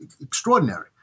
Extraordinary